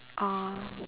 oh